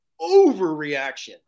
overreaction